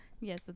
Yes